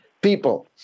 people